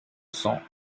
cents